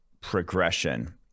progression